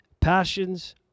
passions